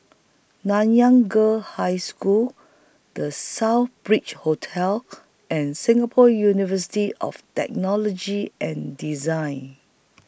Nanyang Girls' High School The Southbridge Hotel and Singapore University of Technology and Design